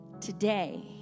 Today